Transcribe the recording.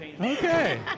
Okay